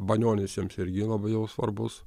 banionis jiems irgi labai jau svarbus